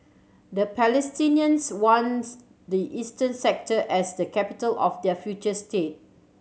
the Palestinians wants the eastern sector as the capital of their future state